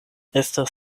estas